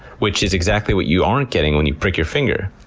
which is exactly what you aren't getting when you prick your finger.